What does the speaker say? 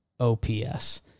OPS